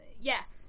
Yes